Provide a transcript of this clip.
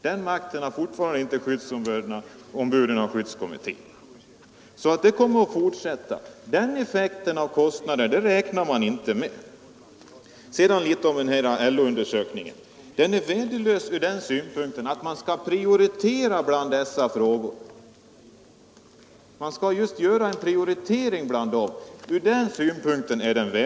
Den makten har fortfarande inte skyddsombuden och skyddskommittéerna. Ökningen kommer att fortsätta, men dess effekt på kostnaderna räknar man inte med. Sedan litet om LO-undersökningen! Den är värdelös från den synpunkten att man vill göra en prioritering bland frågorna.